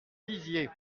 lisiez